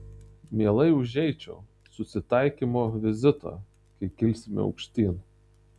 mielai užeičiau susitaikymo vizito kai kilsime aukštyn